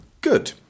Good